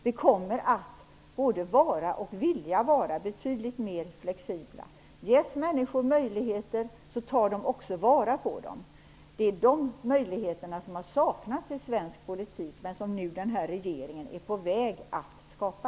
Vi kommer att både vara och vilja vara betydligt mer flexibla. Ge människorna möjligheter, så tar de också vara på dem. Det är dessa möjligheter som har saknats i svensk politik men som denna regering är på väg att skapa.